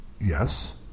Yes